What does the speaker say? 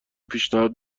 پیشنهاد